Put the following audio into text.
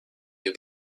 you